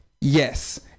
yes